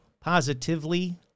positively